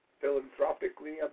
philanthropically